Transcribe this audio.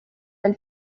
del